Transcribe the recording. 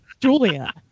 Julia